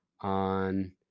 on